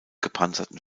gepanzerten